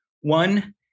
one